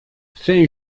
fin